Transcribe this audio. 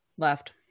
Left